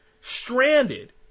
Stranded